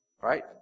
Right